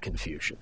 confusion